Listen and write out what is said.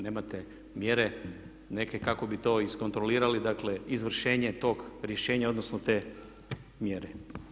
Nemate mjere neke kako bi to iskontrolirali, dakle izvršenje tog rješenja odnosno te mjere.